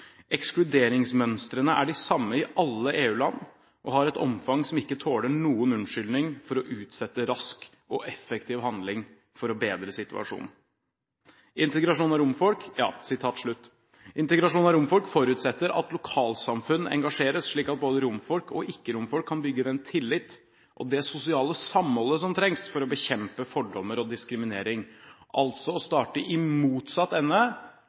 er de samme i alle EU-land, og har et omfang som ikke tåler noen unnskyldning for å utsette rask og effektiv handling for å bedre situasjonen.» Integrasjon av romfolk forutsetter at lokalsamfunn engasjeres, slik at både romfolk og ikke-romfolk kan bygge den tillit og det sosiale samholdet som trengs for å bekjempe fordommer og diskriminering – altså å starte i motsatt ende